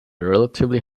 relatively